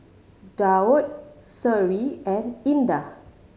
Daud Seri and Indah